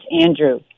Andrew